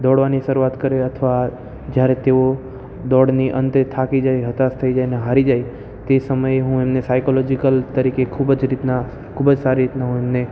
દોડવાની શરૂઆત કરે અથવા જ્યારે તેઓ દોડની અંતે થાકી જાય હતાશ થઈ જાયને હારી જાય તે સમયે હું એમને સાઈકોલોજીકલ તરીકે ખૂબ જ રીતના ખૂબ જ સારી રીતના હું એમને